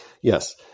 Yes